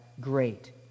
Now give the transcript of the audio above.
great